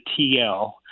TL